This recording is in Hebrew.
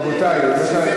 רבותי, אי-אפשר,